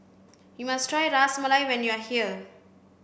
you must try Ras Malai when you are here